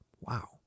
Wow